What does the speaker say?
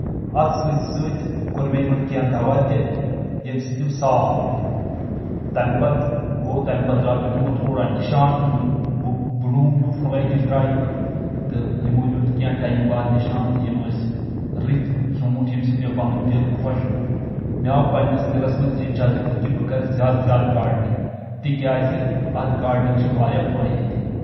اتھ سۭتۍ سۭتۍ کوٚر مےٚ یِمن کینٛہہ دوہ تہِ ییٚمہِ سۭتۍ یِم صاف روٗدۍ تمہِ پتہٕ گوٚو تمہِ پتہٕ درٛاو دیُت یِمو تھوڑا نشان یِمن گوٚو بٕلوٗم ہیٚو پھٕلے ہِش درٛاے یِمن تہٕ یِمو دیُت کینٛہہ ٹایم بہٕ اتھ نِشان تہٕ یِم ٲسۍ رٕتۍ ژوٗنٛٹھ ییٚمہِ سۭتۍ مےٚ پنُن دِل خۄش گوٚو مےٚ آو پنٕنس دِلس منٛز یہِ جزبہٕ کہِ بہٕ کرٕ زیادٕ زیادٕ گاڈنگ تِکیازِ اتھ گاڈنگ چھِ واریاہ فٲیدٕ تہِ